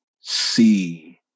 see